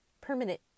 permanent